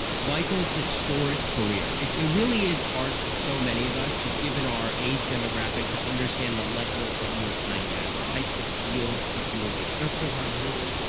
michael's historic career. it really is hard for so many of us, just given our age demographic, to understand the level that you are playing at, types of deals that you are doing. that's because i'm really